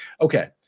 Okay